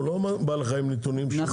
הוא לא בא אליך עם הנתונים שלו,